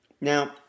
Now